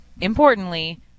importantly